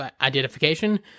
identification